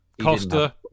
Costa